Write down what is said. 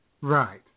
Right